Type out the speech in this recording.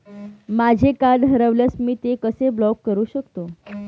माझे कार्ड हरवल्यास मी ते कसे ब्लॉक करु शकतो?